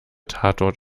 tatort